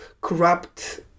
corrupt